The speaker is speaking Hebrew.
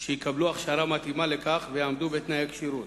שיקבלו הכשרה מתאימה לכך ויעמדו בתנאי הכשירות,